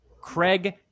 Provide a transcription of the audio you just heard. Craig